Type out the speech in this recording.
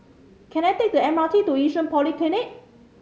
can I take the M R T to Yishun Polyclinic